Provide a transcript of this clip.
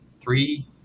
three